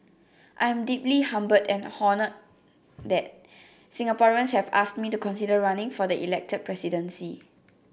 I am deeply humbled and honoured that Singaporeans have asked me to consider running for the elected presidency